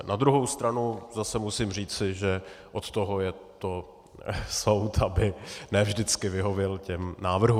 Na druhou stranu zase musím říci, že od toho je to soud, aby ne vždycky vyhověl těm návrhům.